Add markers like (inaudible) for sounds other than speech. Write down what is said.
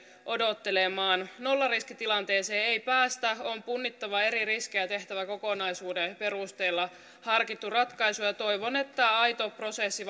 odottelemaan nollariskitilanteeseen ei päästä on punnittava eri riskejä tehtäväkokonaisuuden perusteella ja harkittava ratkaisua ja ja toivon että aito prosessi (unintelligible)